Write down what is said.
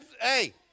hey